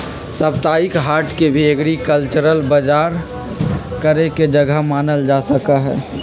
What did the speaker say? साप्ताहिक हाट के भी एग्रीकल्चरल बजार करे के जगह मानल जा सका हई